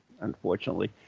unfortunately